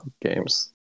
games